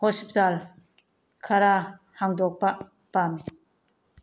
hospital ꯈꯔ ꯍꯥꯡꯗꯣꯛꯄ ꯄꯥꯝꯃꯤ